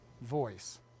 voice